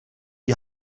die